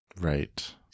right